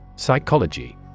Psychology